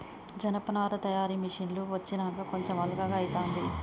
జనపనార తయారీ మిషిన్లు వచ్చినంక కొంచెం అల్కగా అయితాంది